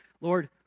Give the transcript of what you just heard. Lord